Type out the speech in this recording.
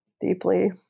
deeply